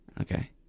Okay